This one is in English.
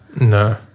No